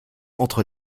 entre